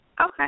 Okay